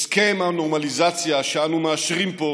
הסכם הנורמליזציה שאנו מאשרים פה